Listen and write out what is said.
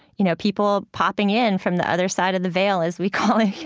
you know, people popping in from the other side of the veil, as we call it,